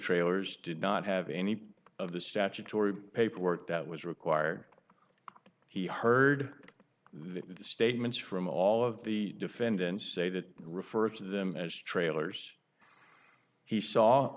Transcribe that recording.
trailers did not have any of the statutory paperwork that was required he heard the statements from all of the defendants say that referred to them as trailers he saw